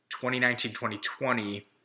2019-2020